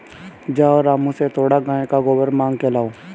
जाओ रामू से थोड़ा गाय का गोबर मांग के लाओ